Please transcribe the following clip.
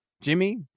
Jimmy